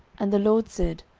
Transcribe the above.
and the lord said,